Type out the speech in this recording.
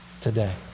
today